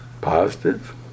Positive